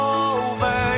over